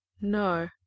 No